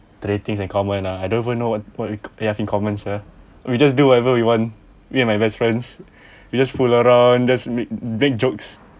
three things in common ah I don't even know what what we have in common sia we just do whatever we want me and my best friends we just fool around just make make jokes